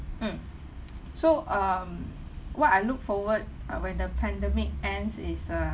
mm so um what I look forward uh when the pandemic ends is uh